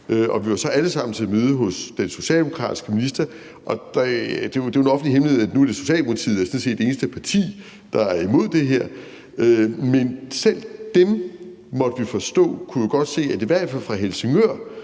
så alle sammen til møde hos den socialdemokratiske minister. Og det er jo en offentlig hemmelighed, at Socialdemokratiet nu sådan set er det eneste parti, der er imod det her, men selv de, måtte vi forstå, kunne jo godt se, at i hvert fald fra Helsingør